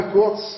kurz